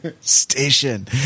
station